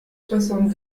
soixante